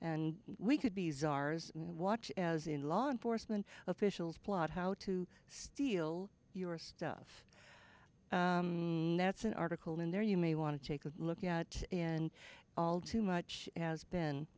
and we could be czars and watch as in law enforcement officials plot how to steal your stuff that's an article in there you may want to take a look at and all too much has been